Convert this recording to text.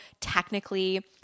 technically